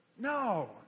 No